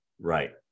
right